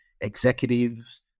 executives